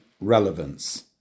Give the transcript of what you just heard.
relevance